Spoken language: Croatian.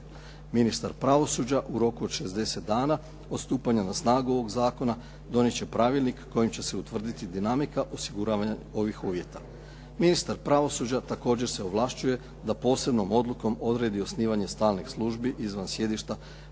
Ministar pravosuđa u roku od 60 dana od stupanja na snagu ovoga zakona donijeti će pravilnik kojim će se utvrditi dinamika osiguravanja ovih uvjeta. Ministar pravosuđa također se ovlašćuje da posebnom odlukom odredi osnivanje stalnih službi izvan sjedišta